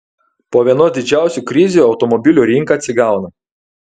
po vienos didžiausių krizių automobilių rinka atsigauna